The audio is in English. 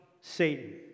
Satan